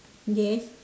yes